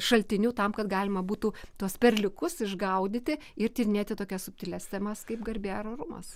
šaltiniu tam kad galima būtų tuos perliukus išgaudyti ir tyrinėti tokias subtilias temas kaip garbė ar orumas